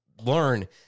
learn